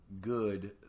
good –